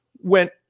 went